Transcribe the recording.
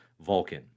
Vulcan